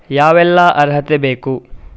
ಯಾವೆಲ್ಲ ಅರ್ಹತೆ ಬೇಕು?